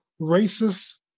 racist